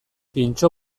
pintxo